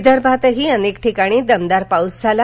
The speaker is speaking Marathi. विदर्भातही अनेक ठिकाणी दमदार पाऊस झाला